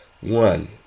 one